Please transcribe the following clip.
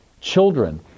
children